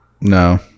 No